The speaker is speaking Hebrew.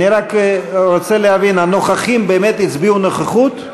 אני רק רוצה להבין, הנוכחים באמת הצביעו נוכחות?